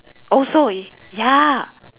oh so ya